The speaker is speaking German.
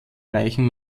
reichen